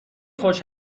خوش